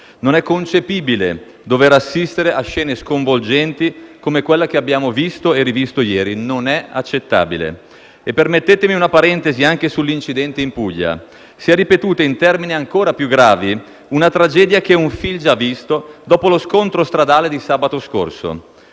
Non è concepibile dover assistere a scene sconvolgenti come quella che abbiamo visto e rivisto ieri. Non è accettabile. Permettetemi una parentesi anche sull'incidente in Puglia: si è ripetuta, in termini ancora più gravi, una tragedia che è un film già visto, dopo lo scontro stradale di sabato scorso.